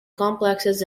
complexes